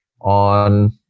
on